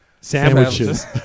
sandwiches